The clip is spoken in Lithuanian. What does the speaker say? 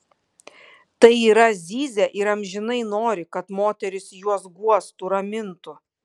tai yra zyzia ir amžinai nori kad moterys juos guostų ramintų